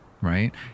right